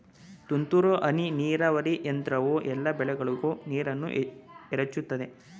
ತುಂತುರು ಹನಿ ನೀರಾವರಿ ಯಂತ್ರವು ಎಲ್ಲಾ ಬೆಳೆಗಳಿಗೂ ನೀರನ್ನ ಎರಚುತದೆ